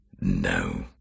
No